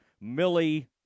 Millie